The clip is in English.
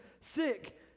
sick